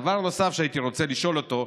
דבר נוסף שהייתי רוצה לשאול אותו,